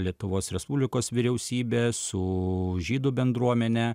lietuvos respublikos vyriausybe su žydų bendruomene